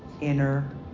inner